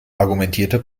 argumentierte